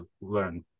learn